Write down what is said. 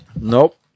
Nope